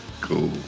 Cool